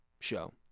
show